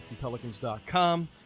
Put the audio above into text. Pelicans.com